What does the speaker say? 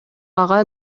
ага